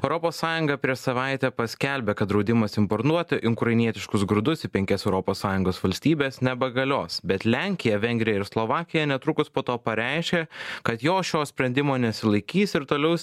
europos sąjunga prieš savaitę paskelbė kad draudimas impornuoti inkrainietiškus grūdus į penkias europos sąjungos valstybes nebegalios bet lenkija vengrija ir slovakija netrukus po to pareiškė kad jos šio sprendimo nesilaikys ir toliaus